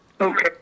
Okay